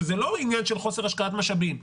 שזה לא עניין של חוסר השקעת משאבים,